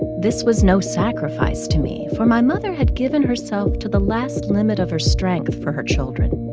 this was no sacrifice to me, for my mother had given herself to the last limit of her strength for her children